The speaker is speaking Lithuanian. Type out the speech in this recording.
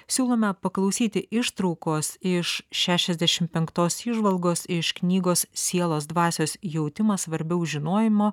siūlome paklausyti ištraukos iš šešiasdešim penktos įžvalgos iš knygos sielos dvasios jautimas svarbiau už žinojima